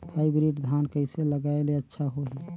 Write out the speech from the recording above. Hybrid धान कइसे लगाय ले अच्छा होही?